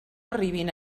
arribin